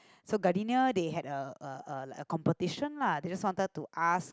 so Gardenia they had a a like a competition lah they just wanted to ask